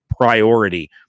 priority